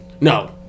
No